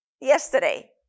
yesterday